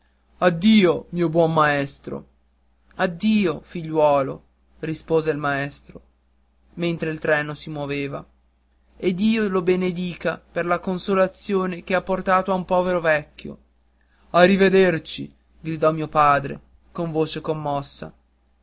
addio mio buon maestro addio figliuolo rispose il maestro mentre il treno si moveva e dio la benedica per la consolazione che ha portato a un povero vecchio a rivederci gridò mio padre con voce commossa